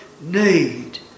need